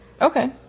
Okay